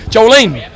Jolene